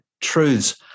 truths